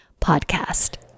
Podcast